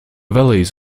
valleys